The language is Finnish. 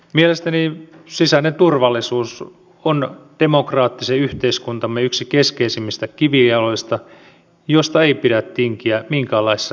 mielestäni sisäinen turvallisuus on demokraattisen yhteiskuntamme yksi keskeisimmistä kivijaloista josta ei pidä tinkiä minkäänlaisissa olosuhteissa